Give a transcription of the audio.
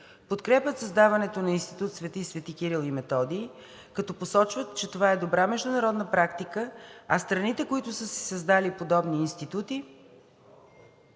Подкрепят създаването на институт „Св. Св. Кирил и Методий“, като посочват, че това е добра международна практика, а страните, които са си създали подобни институти,